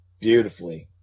Beautifully